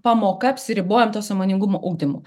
pamoka apsiribojam to sąmoningumo ugdymu